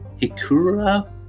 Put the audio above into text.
Hikura